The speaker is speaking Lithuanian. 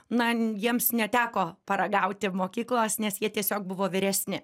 na jiems neteko paragauti mokyklos nes jie tiesiog buvo vyresni